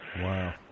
Wow